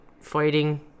fighting